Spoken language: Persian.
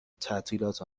تعطیلات